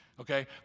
okay